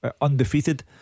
Undefeated